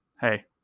hey